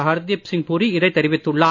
ஹர்தீப் சிங் புரி இதை தெரிவித்துள்ளார்